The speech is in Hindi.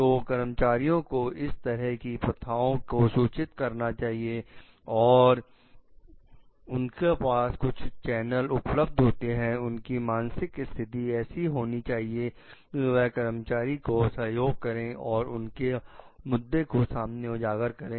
तो कर्मचारी को इन तरह की प्रथाओं को सूचित करना चाहिए और उनके पास कुछ चैनल उपलब्ध होते हैं उनकी मानसिक स्थिति ऐसी होनी चाहिए कि वह कर्मचारी को सहयोग करें और उसके मुद्दों को सामने उजागर करें